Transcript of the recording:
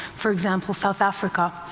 for example, south africa,